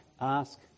ask